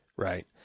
Right